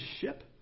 ship